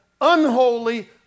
unholy